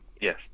Yes